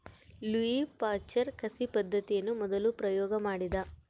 Louis Pasteur ಕಸಿ ಪದ್ದತಿಯನ್ನು ಮೊದಲು ಪ್ರಯೋಗ ಮಾಡಿದ